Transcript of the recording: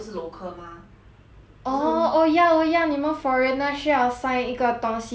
oh oh ya oh ya 你们 foreigner 需要 sign 一个东西 like to agree 你们